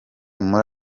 muri